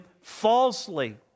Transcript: falsely